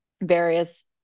various